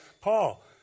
Paul